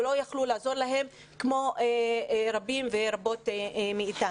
ולא יכלו לעזור להם כמו רבים ורבות מאתנו.